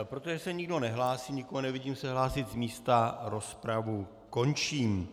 Protože se nikdo nehlásí, nikoho nevidím se hlásit z místa, rozpravu končím.